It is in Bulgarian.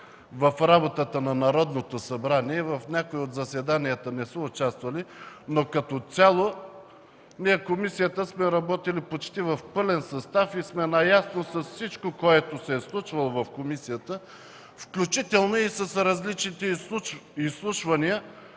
в работата на Народното събрание – в някои от заседанията не са участвали, но като цяло в комисията сме работили почти в пълен състав и сме наясно с всичко, което се е случвало там, включително с различните изслушвания,